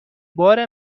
بار